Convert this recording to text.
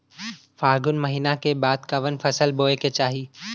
फागुन महीना के बाद कवन फसल बोए के चाही?